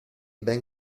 ben